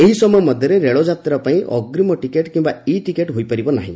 ଏହି ସମୟ ମଧ୍ଧରେ ରେଳଯାତ୍ରା ପାଇଁ ଅଗ୍ରୀମ ଟିକେଟ୍ କିମ୍ନା ଇ ଟିକେଟ୍ ହୋଇପାରିବ ନାହି